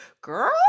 girl